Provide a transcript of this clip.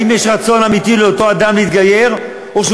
אם יש רצון אמיתי לאותו אדם להתגייר או שהוא